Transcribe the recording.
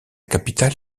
capitale